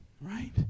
Right